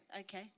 Okay